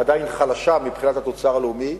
עדיין חלשה מבחינת התוצר הלאומי,